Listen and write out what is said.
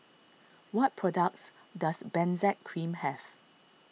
what products does Benzac Cream have